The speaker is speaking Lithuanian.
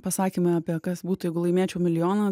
pasakymai apie kas būtų jeigu laimėčiau milijoną